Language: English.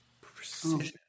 precision